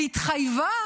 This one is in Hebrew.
והתחייבה